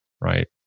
right